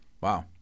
Wow